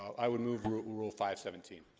i would move rule rule five seventeen